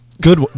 Good